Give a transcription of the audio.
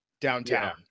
downtown